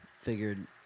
figured